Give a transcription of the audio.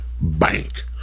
bank